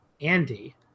Andy